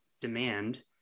demand